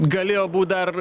galėjo būt dar